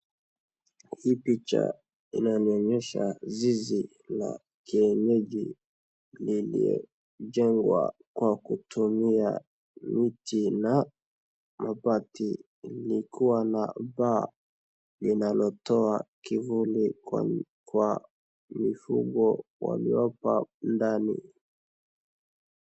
Hii picha inanionyesha zizi la kienyeji lililojengwa kwa kutumia miti na mabati, likiwa na baa linalotoa kivuli kwa mifugo walioko ndani.